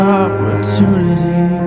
opportunity